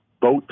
vote